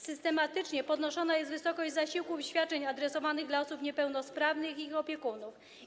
Systematycznie zwiększana jest wysokość zasiłków i świadczeń adresowanych do osób niepełnosprawnych i ich opiekunów.